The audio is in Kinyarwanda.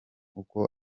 uko